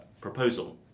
proposal